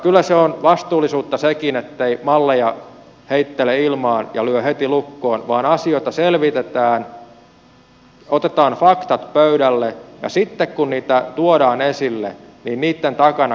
kyllä se on vastuullisuutta sekin ettei malleja heittele ilmaan ja lyö heti lukkoon vaan asioita selvitetään otetaan faktat pöydälle ja sitten kun niitä tuodaan esille niitten takana kanssa seistään